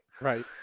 Right